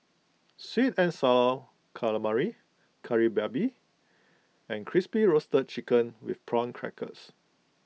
Sweet and Sour Calamari Kari Babi and Crispy Roasted Chicken with Prawn Crackers